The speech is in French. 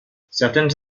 certaines